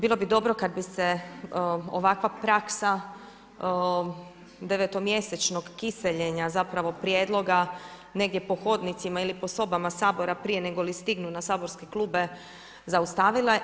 Bilo bi dobro kad bi se ovakva praska 9- mjesečnog kiseljenja zapravo prijedloga negdje po hodnicima ili po sobama Sabora prije nego li stignu na saborske klupe zaustavile.